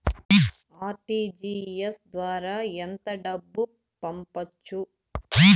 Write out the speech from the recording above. RTGS ద్వారా ఎంత డబ్బు పంపొచ్చు?